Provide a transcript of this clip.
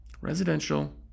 Residential